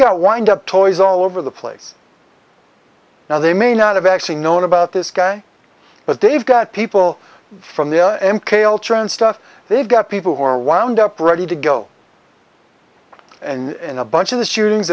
got wind up toys all over the place now they may not have actually known about this guy but they've got people from the and cayle churn stuff they've got people who are wound up ready to go and a bunch of the shootings